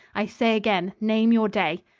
i say again, name your day.